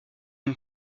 une